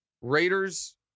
Raiders